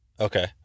Okay